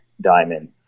diamond